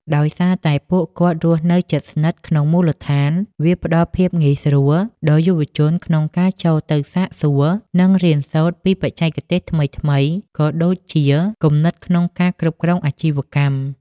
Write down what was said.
ដោយសារតែពួកគាត់រស់នៅជិតស្និទ្ធក្នុងមូលដ្ឋាន វាផ្ដល់ភាពងាយស្រួលដល់យុវជនក្នុងការចូលទៅសាកសួរ និងរៀនសូត្រពីបច្ចេកទេសថ្មីៗ ក៏ដូចជាគំនិតក្នុងការគ្រប់គ្រងអាជីវកម្ម។